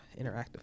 interactive